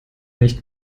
nicht